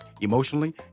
emotionally